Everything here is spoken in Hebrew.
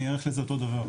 אני איערך לזה אותו דבר,